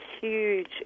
huge